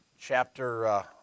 chapter